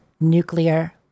Nuclear